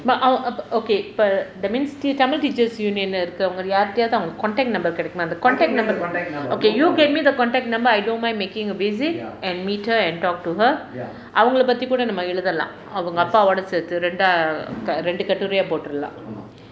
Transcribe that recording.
but I'll okay but that means tamil teachers union இருக்குறவங்க யார்கிட்டயாவது அவங்க:irukkuravanga yaarkittayaavathu avanga contact number கிடைக்குமா:kidaikkumaa contact number okay you get me the contact number I don't mind making a visit and meet her and talk to her அவங்களை பற்றி கூட நம்ம எழுதலாம் அவங்க அப்பாவோட சேர்ந்து இரண்டா இரண்டு கட்டுரையா போட்டுரலாம்:avngalai patri kuda namma eluthalaam avanga appavoda sernthu irandaa irandu katturaiyaa poturalaam